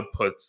outputs